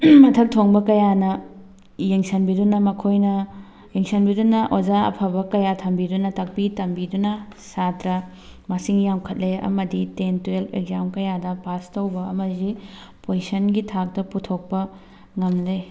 ꯃꯊꯛ ꯊꯣꯡꯕ ꯀꯌꯥꯅ ꯌꯦꯡꯁꯤꯟꯕꯤꯗꯨꯅ ꯃꯈꯣꯏꯅ ꯌꯦꯡꯁꯤꯟꯕꯤꯗꯨꯅ ꯑꯣꯖꯥ ꯑꯐꯕ ꯀꯌꯥ ꯊꯝꯕꯤꯗꯨꯅ ꯇꯥꯛꯄꯤ ꯇꯝꯕꯤꯗꯨꯅ ꯁꯥꯇ꯭ꯔ ꯃꯁꯤꯡ ꯌꯥꯝꯈꯠꯂꯦ ꯑꯃꯗꯤ ꯇꯦꯟ ꯇꯨꯌꯦꯜꯕ ꯑꯦꯛꯖꯥꯝ ꯀꯌꯥꯗ ꯄꯥꯁ ꯇꯧꯕ ꯑꯃꯗꯤ ꯄꯣꯖꯤꯁꯟꯒꯤ ꯊꯥꯛꯇ ꯄꯨꯊꯣꯛꯄ ꯉꯝꯂꯦ